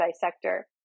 dissector